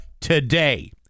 Today